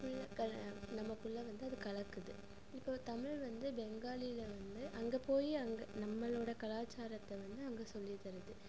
நமக்குள்ளே வந்து அது கலக்குது இப்போ தமிழ் வந்து பெங்காலியில் வந்து அங்கே போய் அங்கே நம்மளோட கலாச்சாரத்தை வந்து அங்கே சொல்லித் தருது